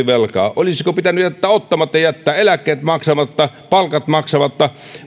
velkaa olisiko pitänyt jättää ottamatta ja jättää eläkkeet maksamatta palkat maksamatta